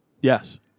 Yes